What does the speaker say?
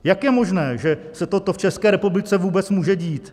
Jak je možné, že se toto v České republice vůbec může dít?